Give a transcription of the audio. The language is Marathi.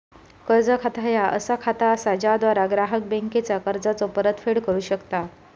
कर्ज खाता ह्या असा खाता असा ज्याद्वारा ग्राहक बँकेचा कर्जाचो परतफेड करू शकता